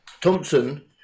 Thompson